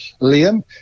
Liam